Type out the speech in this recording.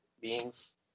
beings